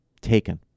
taken